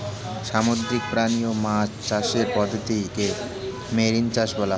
সামুদ্রিক প্রাণী ও মাছ চাষের পদ্ধতিকে মেরিন চাষ বলা হয়